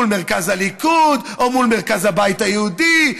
מול מרכז הליכוד או מול מרכז הבית היהודי.